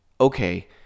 Okay